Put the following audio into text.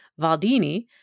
Valdini